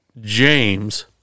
James